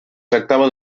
tractava